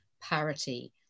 parity